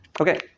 okay